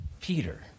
Peter